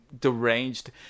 deranged